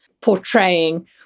portraying